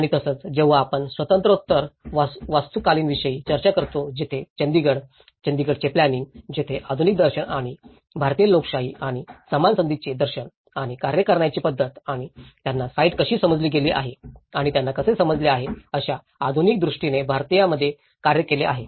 आणि तसंच जेव्हा आपण स्वतंत्रोत्तर वास्तुकलाविषयी चर्चा करतो जिथे चंडीगड चंदीगडचे प्लॅनिंग जेथे आधुनिक दर्शन आणि भारतीय लोकशाही आणि समान संधींचे दर्शन आणि कार्य करण्याची पद्धत आणि त्यांना साइट कशी समजली गेली आहे आणि त्यांना कसे समजले आहे अशा आधुनिक दृष्टीने भारतीयांमध्ये कार्य केले आहे